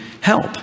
help